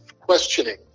questioning